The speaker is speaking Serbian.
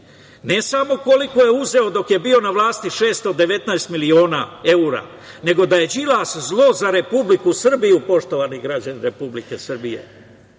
ne samo koliko je uzeo dok je bio na vlasti, 619 miliona evra, nego da je Đilas zlo za Republiku Srbiju, poštovani građani Republike Srbije. Đilas